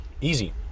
easy